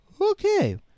Okay